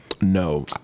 No